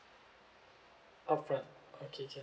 upfront okay can